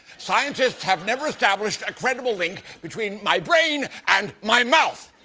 scientists have never established a credible link between my brain and my mouth.